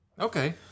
Okay